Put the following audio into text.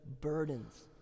burdens